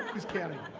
who's counting?